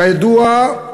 כידוע,